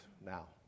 now